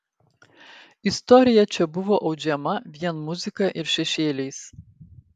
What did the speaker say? istorija čia buvo audžiama vien muzika ir šešėliais